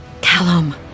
Callum